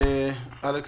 אלכס,